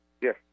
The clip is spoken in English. Yes